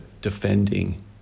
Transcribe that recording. defending